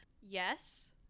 yes